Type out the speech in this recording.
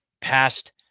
past